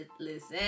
Listen